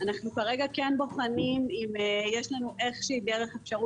אנו כרגע בוחנים אם יש לנו אפשרות